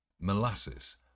Molasses